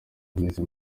nkizi